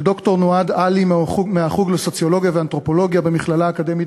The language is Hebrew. ד"ר נוהאד עלי מהחוג לסוציולוגיה ואנתרופולוגיה במכללה האקדמית